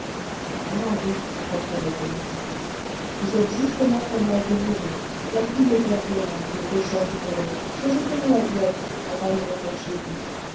ah oui reprenait félicité vous êtes justement comme la guérine la fille au père guérin le pêcheur du pollet que j'ai connue à dieppe avant de venir chez vous